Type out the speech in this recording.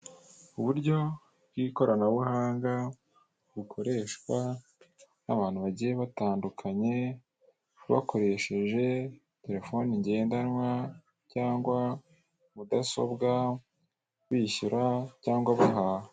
Uburyo bw'ikoranabuhanga bukoreshwa, n'abantu bagiye batandukanye bakoresheje terefoni ngendanwa, cyangwa mudasobwa bishyura cyangwa bahaha.